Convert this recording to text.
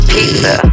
Pizza